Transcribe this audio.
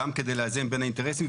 גם כדי לאזן בין האינטרסים.